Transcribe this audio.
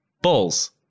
Balls